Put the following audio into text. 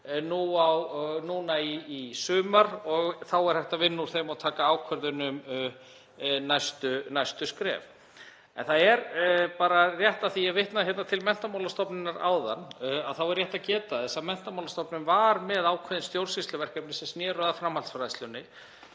núna í sumar og þá er hægt að vinna úr þeim og taka ákvörðun um næstu skref. Af því að ég vitnaði til Menntamálastofnunar áðan er rétt að geta þess að Menntamálastofnun var með ákveðin stjórnsýsluverkefni sem sneru að framhaldsfræðslunni